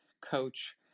coach